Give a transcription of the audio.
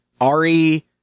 Ari